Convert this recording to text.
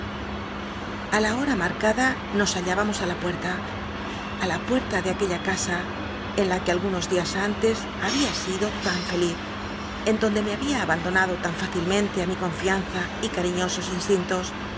a labora macada nos hallübamos i la puerta á la puerta de aquella casa en la que algunos dia antes había sido tan feliz en donde me babia abandonad o lan fácilmente i mi confianza y caiiiiosos instintos